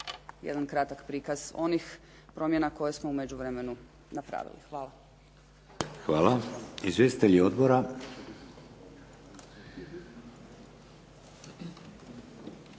jedan kratak prikaz onih promjena koje smo u međuvremenu napravili. Hvala. **Šeks, Vladimir